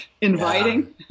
inviting